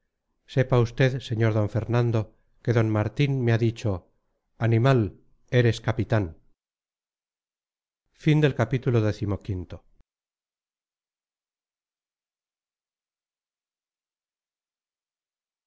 sepa usted sr d fernando que d martín me ha dicho animal eres capitán